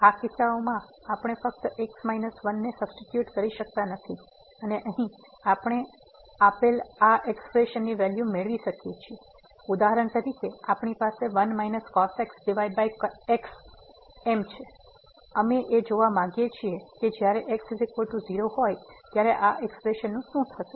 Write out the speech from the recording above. તેથી આ કિસ્સાઓમાં આપણે ફક્ત x 1 ને સબ્સીટ્યુટ કરી શકતા નથી અને અહીં આપેલ આ એક્સપ્રેશન ની વેલ્યુ મેળવી શકો છો અથવા ઉદાહરણ તરીકે આપણી પાસે x x અને અમે એ જોવા માંગીએ છીએ કે જ્યારે x 0 હોય ત્યારે આ એક્સપ્રેશન નું શું થશે